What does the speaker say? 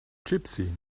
gypsy